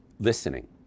listening